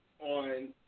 on